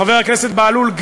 חבר הכנסת בהלול,